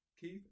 Keith